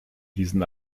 diesen